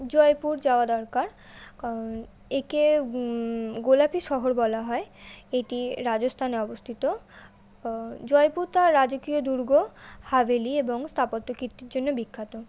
জয়পুর যাওয়া দরকার কারণ একে গোলাপি শহর বলা হয় এটি রাজস্থানে অবস্থিত জয়পুর তার রাজকীয় দুর্গ হাভেলি এবং স্তাপত্য কীর্তির জন্য বিখ্যাত